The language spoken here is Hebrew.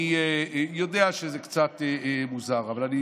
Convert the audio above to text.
אני יודע שזה קצת מוזר, אבל אני